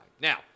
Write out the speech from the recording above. Now